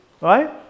right